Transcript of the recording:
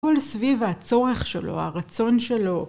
כל סביב הצורך שלו, הרצון שלו.